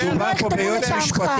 הכול כדי שנוכל למשול.